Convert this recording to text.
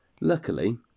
luckily